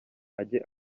ajye